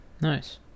nice